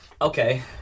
okay